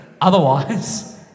Otherwise